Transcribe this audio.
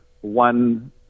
one